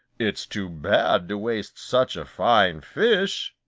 it's too bad to waste such a fine fish,